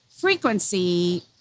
frequency